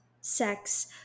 sex